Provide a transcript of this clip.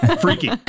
freaky